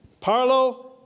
Parlo